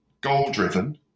goal-driven